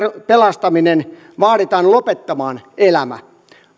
pelastaminen vaaditaan lopettamaan elämä